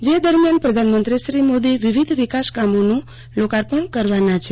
જે દરમિયાન પ્રધાનમંત્રી શ્રી મોદી વિવિધ વિકાસ કામોનું લોકાર્પણ કરવાના છે